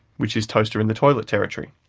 which is toaster-in-the-toilet territory.